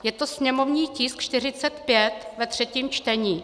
Je to sněmovní tisk 45 ve třetím čtení.